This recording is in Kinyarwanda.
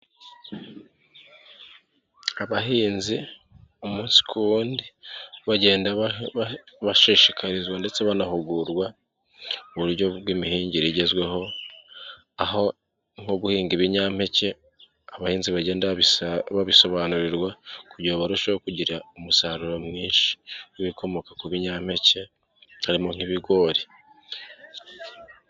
Abahinzi umunsi ku wundi bagenda bashishikarizwa ndetse banahugurwa mu buryo bw'imihingire igezweho, aho nko guhinga ibinyampeke abahinzi bagenda babisobanurirwa kugira ngo barusheho kugira umusaruro mwinshi w'ibikomoka ku binyampeke harimo nk'ibigori.